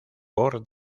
por